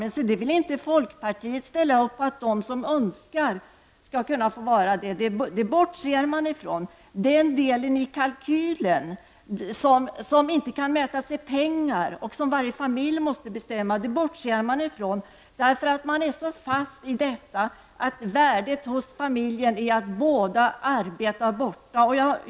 Men folkpartiet vill tydligen inte att de barnföräldrar som vill vara hemma hos sina barn skall få vara det. Den del av kalkylen som inte kan mätas i pengar och som varje familj måste få göra, bortser man från. Folkpartiet är fast i tänkandet att det stora värdet för en familj är att båda föräldrarna förvärvsarbetar.